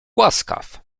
łaskaw